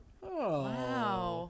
wow